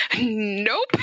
Nope